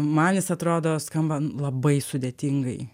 man is atrodo skamba labai sudėtingai